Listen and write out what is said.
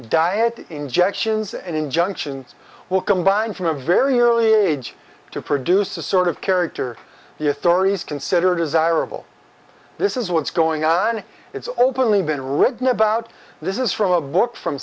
diet injections and injunctions will combine from a very early age to produce a sort of character the authorities consider desirable this is what's going on it's open we been written about this is from a book from